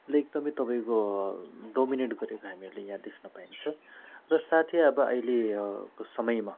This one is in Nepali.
ले एकदमै तपाईँको डोमिनेट गरेको हामीहरूले यहाँ देख्न पाइन्छ र साथै अब अहिलेको समयमा